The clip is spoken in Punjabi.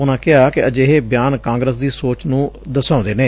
ਉਨੂਾ ਕਿਹਾ ਕਿ ਅਜਿਹੇ ਬਿਆਨ ਕਾਗਰਸ ਦੀ ਸੋਚ ਨੂੰ ਦਰਸਾਉਂਦੇ ਨੇ